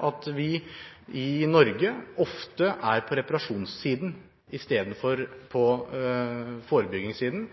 at vi i Norge ofte er på reparasjonssiden – istedenfor å være på forebyggingssiden.